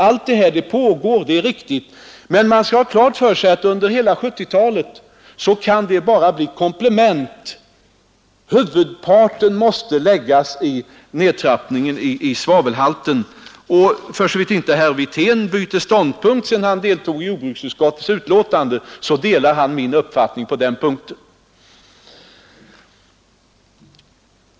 Allt det här pågår — det är riktigt — men man skall ha klart för sig att under hela 1970-talet kan det bara bli komplement, huvudparten måste avse nedtrappningen av svavelhalten. För så vitt inte herr Wirtén bytt ståndpunkt sedan han deltog i jordbruksutskottets utlåtande delar han min uppfattning på den punkten.